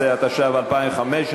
15), התשע"ו 2015,